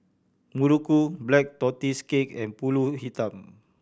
muruku Black Tortoise Cake and Pulut Hitam